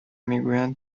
میگویند